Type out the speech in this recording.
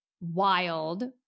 wild